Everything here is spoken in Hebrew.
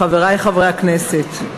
חברי חברי הכנסת,